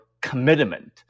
commitment